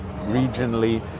regionally